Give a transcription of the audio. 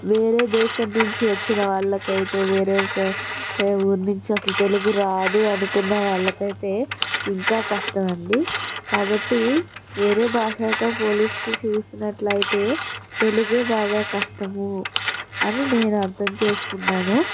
వేరే దేశం నుంచి వచ్చిన వాళ్లకైతే వేరే ఊరి నుంచి అసలు తెలుగు రాదు అనుకున్న వాళ్లకైతే ఇంకా కష్టం అండి కాబట్టి వేరే భాషలతో పోలిస్తే చూసినట్లయితే తెలుగే బాగా కష్టము అని నేను అర్థం చేసుకున్నాను